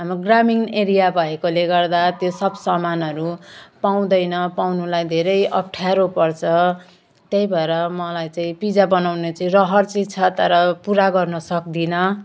हाम्रो ग्रामीण एरिया भएकोले गर्दा त्यो सब सामानहरू पाउँदैन पाउनुलाई धेरै अप्ठ्यारो पर्छ त्यही भएर मलाई चाहिँ पिजा बनाउने चाहिँ रहर चाहिँ छ तर पुरा गर्न सक्दिनँ